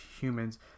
humans